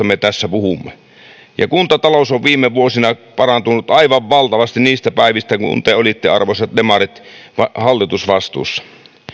me tässä puhumme ja kuntatalous on viime vuosina parantunut aivan valtavasti niistä päivistä kun kun te olitte arvoisat demarit hallitusvastuussa